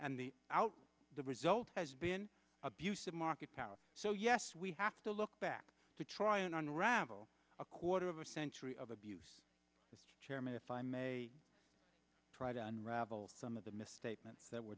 and the out the result has been abuse of market power so yes we have to look back to try and unravel a quarter of a century of abuse the chairman if i may try to unravel some of the misstatements that were